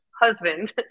husband